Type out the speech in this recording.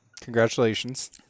Congratulations